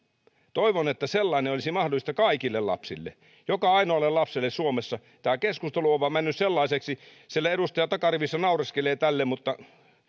toivon että sellainen olisi mahdollista kaikille lapsille joka ainoalle lapselle suomessa tämä keskustelu on vain mennyt sellaiseksi siellä edustaja takarivissä naureskelee tälle mutta